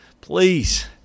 please